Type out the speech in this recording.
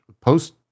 post